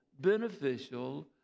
beneficial